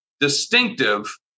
distinctive